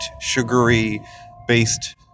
sugary-based